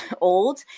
old